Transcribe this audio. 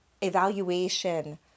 evaluation